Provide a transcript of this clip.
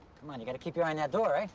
come on, you gotta keep your eye on that door,